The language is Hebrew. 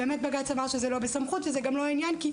באמת בג"צ אמר שזה לא בסמכות וזה גם לא עניין כי